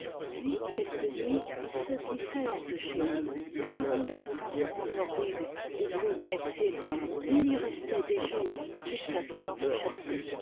puis quelque nuit il se glissait hors de chez lui et se rendait aux environs horribles des blue gâte fields et il y restait des jours jusqu'à ce qu'il en fût chassé